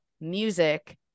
music